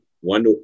one